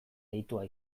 deitua